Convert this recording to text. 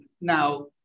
now